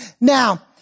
Now